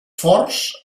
forts